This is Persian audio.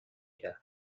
کرد